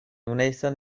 wnaethon